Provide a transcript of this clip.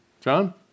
John